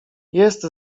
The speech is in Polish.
jest